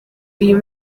uyu